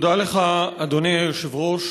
תודה לך, אדוני היושב-ראש.